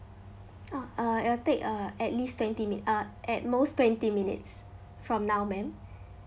oh uh it will take err at least twenty min~ uh at most twenty minutes from now ma'am